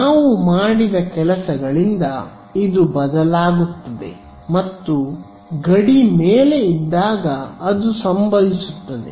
ನಾವು ಮಾಡಿದ ಕೆಲಸಗಳಿಂದ ಇದು ಬದಲಾಗುತ್ತದೆ ಮತ್ತು ಗಡಿ ಮೇಲೆ ಇದ್ದಾಗ ಅದು ಸಂಭವಿಸುತ್ತದೆ